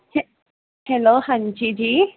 ਹ ਹੈਲੋ ਹਾਂਜੀ ਜੀ